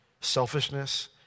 selfishness